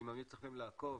אני ממליץ לכם לעקוב,